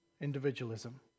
individualism